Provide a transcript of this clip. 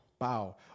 Wow